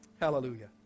Hallelujah